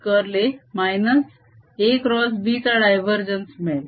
curl A AxB चा divergence मिळेल